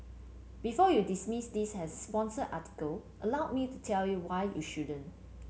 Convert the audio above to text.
before you dismiss this as a sponsored article allow me to tell you why you shouldn't